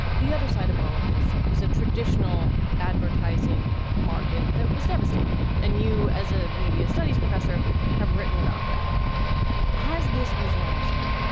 the other side of all of this is a traditional advertising market that was devastated and you as a media studies professor have written about that as this was rising,